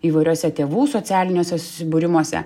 įvairiuose tėvų socialiniuose susibūrimuose